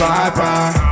Bye-bye